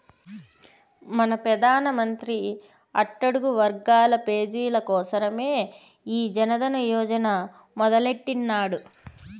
మన పెదానమంత్రి అట్టడుగు వర్గాల పేజీల కోసరమే ఈ జనదన యోజన మొదలెట్టిన్నాడు